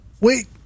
wait